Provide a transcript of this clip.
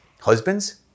husbands